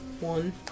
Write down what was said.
One